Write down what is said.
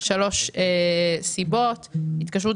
יש שלוש סיבות מרכזיות בגינן נוצרו העודפים: התקשרות